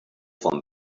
from